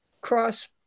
cross